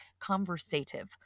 conversative